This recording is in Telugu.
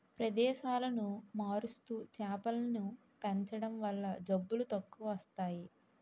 ప్రదేశాలను మారుస్తూ చేపలను పెంచడం వల్ల జబ్బులు తక్కువస్తాయి